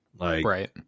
Right